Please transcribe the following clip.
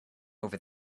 over